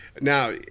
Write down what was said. now